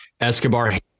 Escobar